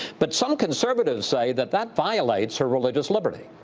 but some conservatives say that that violates her religious liberty.